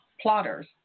plotters